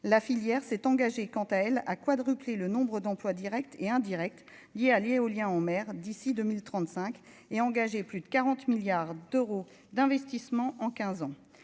la filière s'est engagé quant à elle a quadruplé le nombre d'emplois Directs et indirects liés à l'éolien en mer d'ici 2035 et engagé plus de 40 milliards d'euros d'investissements en 15 ans.